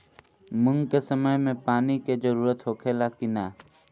मूंग के समय मे पानी के जरूरत होखे ला कि ना?